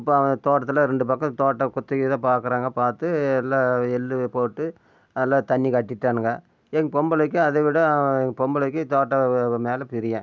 இப்போ தோட்டத்தில் ரெண்டு பக்கம் தோட்டம் குத்தகைக்குத்தான் பார்க்குறேங்க பார்த்து எல்லா எள் போட்டு நல்லா தண்ணி காட்டிடேனுங்க எங்க பொம்பளைக்கு அதைவிட பொம்பளைக்கு தோட்டம் மேல் பிரியம்